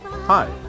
Hi